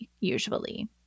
usually